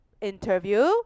interview